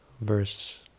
verse